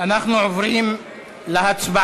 אנחנו עוברים להצבעה.